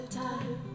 time